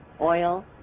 oil